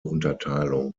unterteilung